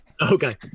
Okay